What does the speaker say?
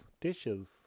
dishes